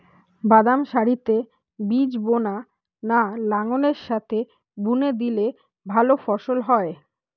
বাদাম সারিতে বীজ বোনা না লাঙ্গলের সাথে বুনে দিলে ভালো ফলন হয়?